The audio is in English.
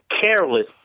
careless